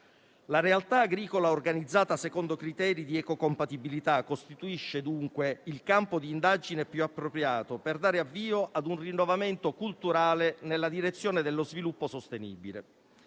La realtà agricola organizzata secondo criteri di ecocompatibilità costituisce, dunque, il campo di indagine più appropriato per dare avvio a un rinnovamento culturale nella direzione dello sviluppo sostenibile.